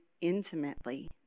intimately